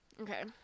okay